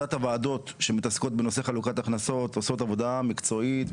עבודת הוועדות שמתעסקות בנושא חלוקת הכנסות עושות עבודה מקצועית,